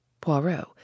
Poirot